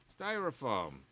Styrofoam